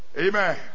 Amen